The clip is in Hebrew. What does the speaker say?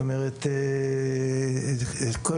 כל